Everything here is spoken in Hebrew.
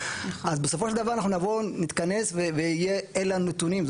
אז בסופו של דבר אנחנו נתכנס ולא יהיו לנו נתונים.